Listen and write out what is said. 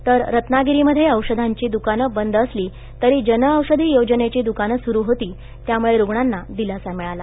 तर र नागिरीम ये औषधांची दुकान बंद असली तरी जनऔषधी योजनेची दुकानं सु होती यामुळे णांना दिलासा मिळाला